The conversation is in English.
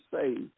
saved